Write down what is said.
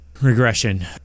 regression